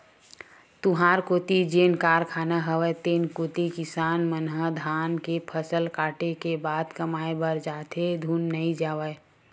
तुँहर कोती जेन कारखाना हवय तेन कोती किसान मन ह धान के फसल कटे के बाद कमाए बर जाथे धुन नइ जावय?